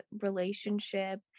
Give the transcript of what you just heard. relationship